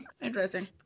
interesting